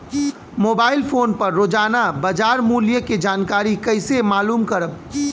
Mobile phone पर रोजाना बाजार मूल्य के जानकारी कइसे मालूम करब?